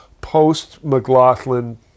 post-McLaughlin